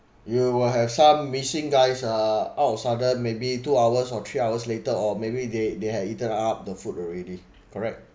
you will have some missing guys ah out of sudden maybe two hours or three hours later or maybe they they had eaten up the food already correct